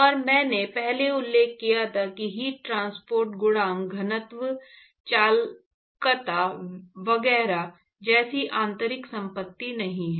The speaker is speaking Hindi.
और मैंने पहले उल्लेख किया था कि हीट ट्रांसपोर्ट गुणांक घनत्व चालकता वगैरह जैसी आंतरिक संपत्ति नहीं है